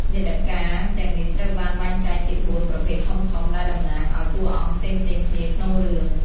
នាដការទាំងនេះត្រូវបានបែងចែកជា បួន ប្រភេទធំៗ ដែលតំណាងឲ្យតួអង្គផ្សេងៗគ្នាក្នុងរឿង។